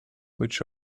which